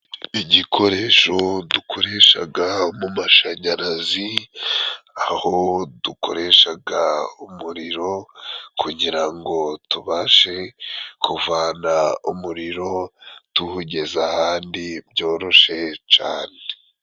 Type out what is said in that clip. Igikoresho dukoreshaga mu mashanyarazi, aho dukoreshaga umuriro kugira ngo tubashe kuvana, umuriro tuwugeza ahandi byoroshe cane.